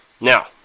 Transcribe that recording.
Now